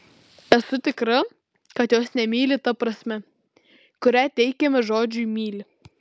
esu tikra kad jos nemyli ta prasme kurią teikiame žodžiui myli